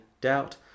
doubt